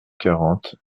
quarante